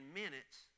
minutes